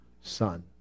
son